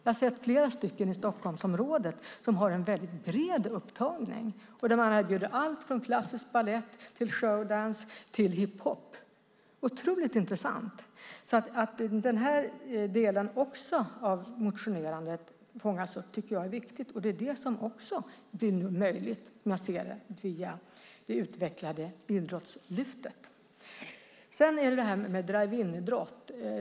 Jag har sett flera i Stockholmsområdet som har en mycket bred upptagning och som erbjuder allt från klassisk balett till showdans och hiphop. Det är otroligt intressant. Att också den här delen av motionerandet fångas upp tycker jag är viktigt, och det blir nu möjligt via det utvecklade Idrottslyftet. Sedan har vi drive-in-idrott.